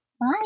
Bye